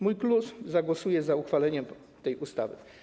Mój klub zagłosuje za uchwaleniem tej ustawy.